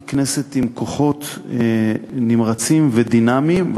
היא כנסת עם כוחות נמרצים ודינמיים,